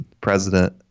president